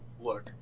look